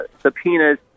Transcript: subpoenas